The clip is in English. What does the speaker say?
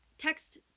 Text